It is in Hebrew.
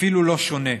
אפילו לא שונה,